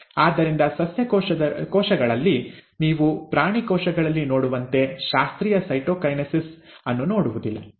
ಆದ್ದರಿಂದ ಸಸ್ಯ ಕೋಶಗಳಲ್ಲಿ ನೀವು ಪ್ರಾಣಿ ಕೋಶಗಳಲ್ಲಿ ನೋಡುವಂತೆ ಶಾಸ್ತ್ರೀಯ ಸೈಟೊಕೈನೆಸಿಸ್ ಅನ್ನು ನೋಡುವುದಿಲ್ಲ